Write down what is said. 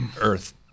Earth